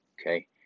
Okay